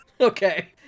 Okay